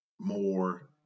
more